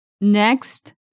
Next